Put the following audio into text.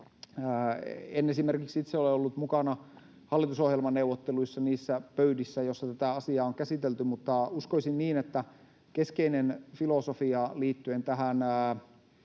en esimerkiksi itse ole ollut mukana hallitusohjelmaneuvotteluissa niissä pöydissä, joissa tätä asiaa on käsitelty, mutta uskoisin niin, että keskeinen filosofia liittyen tähän